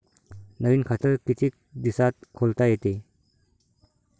नवीन खात कितीक दिसात खोलता येते?